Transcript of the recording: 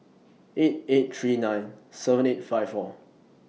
eight eight three nine seven eight five four